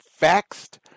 faxed